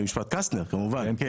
במשפט קסטנר.